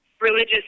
religious